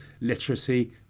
literacy